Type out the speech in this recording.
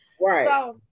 Right